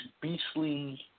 beastly